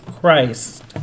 Christ